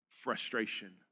frustration